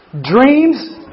Dreams